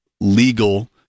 legal